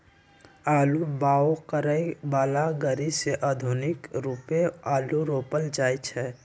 आलू बाओ करय बला ग़रि से आधुनिक रुपे आलू रोपल जाइ छै